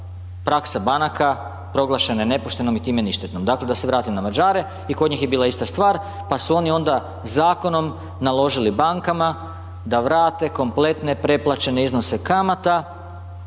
praksa banaka proglašena je nepoštenom i time ništetnom. Dakle, da se vratim na Mađare i kod njih je bila ista stvar pa su oni onda zakonom naložili bankama da vrate kompletne preplaćene iznose kamata